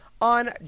on